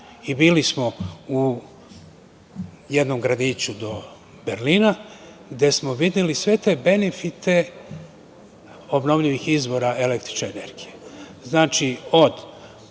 smo u jednom gradiću do Berlina gde smo videli sve te benefite obnovljivih izvora električne energije.